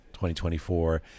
2024